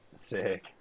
Sick